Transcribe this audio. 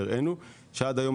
והראנו שעד היום,